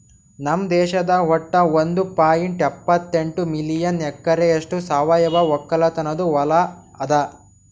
ನಮ್ ದೇಶದಾಗ್ ವಟ್ಟ ಒಂದ್ ಪಾಯಿಂಟ್ ಎಪ್ಪತ್ತೆಂಟು ಮಿಲಿಯನ್ ಎಕರೆಯಷ್ಟು ಸಾವಯವ ಒಕ್ಕಲತನದು ಹೊಲಾ ಅದ